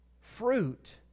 fruit